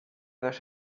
dos